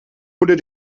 unter